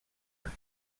are